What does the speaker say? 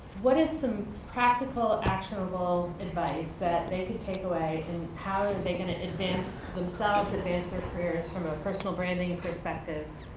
what is some practical actual advice that take and take away and how are they gonna advance themselves, advance their careers from a personal branding and perspective?